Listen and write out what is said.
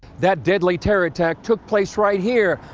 that deadly terror attack took place right here,